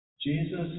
jesus